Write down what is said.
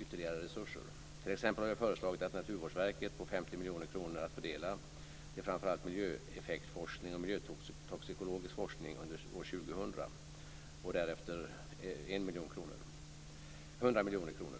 ytterligare resurser. T.ex. har vi förslagit att Naturvårdsverket får 50 miljoner kronor att fördela till framför allt miljöeffektforskning och miljötoxikologisk forskning under år 2000 och därefter 100 miljoner kronor.